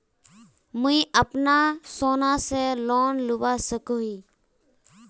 मुई अपना सोना से लोन लुबा सकोहो ही?